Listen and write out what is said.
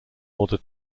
order